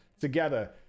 together